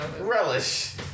Relish